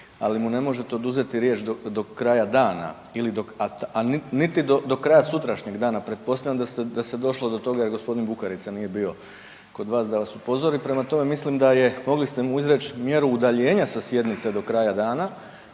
ali mu ne možete oduzeti riječ do kraja dana, a niti do kraja sutrašnjeg dana. Pretpostavljam da je došlo do toga jer gospodin Bukarica nije bio kod vas da vas upozori. Prema tome, mislim da je, mogli ste mu izreći mjeru udaljenja sa sjednice do kraja dana,